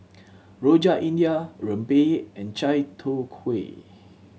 Rojak India rempeyek and chai tow kway